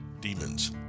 demons